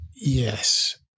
Yes